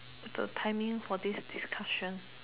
the timing for this discussion